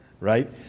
right